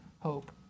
Hope